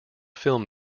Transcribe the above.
film